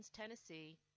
Tennessee